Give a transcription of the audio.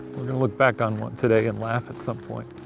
we're gonna look back on today and laugh at some point.